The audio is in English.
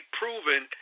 proven